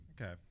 Okay